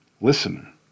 listener